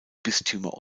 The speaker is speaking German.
bistümer